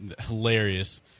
hilarious